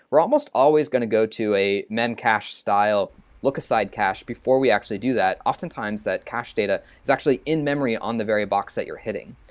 we're almost always going to go to a mem cache style look-aside cash before we actually do that. often times, that cache data is actually in memory on the very box that you're hitting.